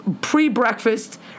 pre-breakfast